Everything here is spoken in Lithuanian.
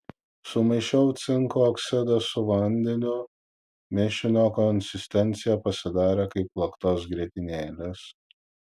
sumaišiau cinko oksidą su vandeniu mišinio konsistencija pasidarė kaip plaktos grietinėlės